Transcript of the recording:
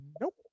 Nope